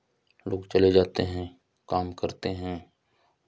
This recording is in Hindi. लोग चले जाते हैं काम करते हैं